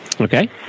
Okay